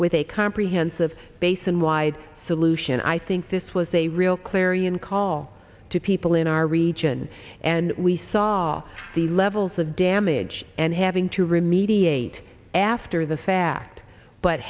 with a comprehensive basin wide solution i think this was a real clarion call to people in our region and we saw the levels of damage and having to remediate after the fact but